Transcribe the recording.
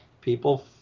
people